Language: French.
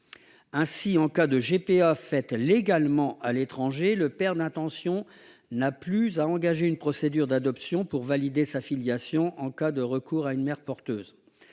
Ainsi, en cas de GPA pratiquée légalement à l'étranger, le père d'intention n'a plus à engager une procédure d'adoption pour valider sa filiation en cas de recours à une mère porteuse.